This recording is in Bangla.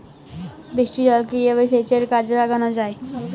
বৃষ্টির জলকে কিভাবে সেচের কাজে লাগানো যায়?